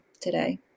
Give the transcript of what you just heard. today